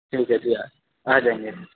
ٹھیک ہے جی آ آ جائیں گے